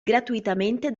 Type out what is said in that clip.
gratuitamente